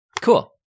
Cool